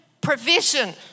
provision